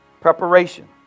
preparation